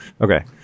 okay